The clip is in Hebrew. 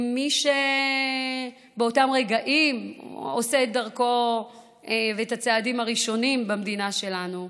מי שבאותם רגעים עושה את דרכו ואת הצעדים הראשונים במדינה שלנו,